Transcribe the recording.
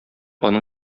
аның